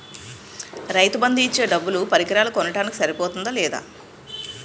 రైతు బందు ఇచ్చే డబ్బులు పరికరాలు కొనడానికి సరిపోతుందా లేదా?